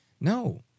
No